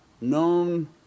known